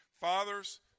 Fathers